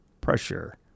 pressure